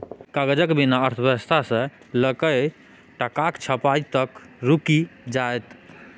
कागजक बिना अर्थव्यवस्था सँ लकए टकाक छपाई तक रुकि जाएत